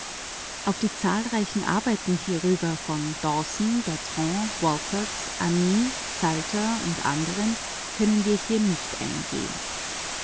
auf die zahlreichen arbeiten hierüber von dawson bertrand walcott ami salter u a können wir hier natürlich nicht eingehen